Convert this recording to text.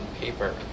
paper